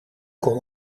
kon